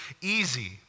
easy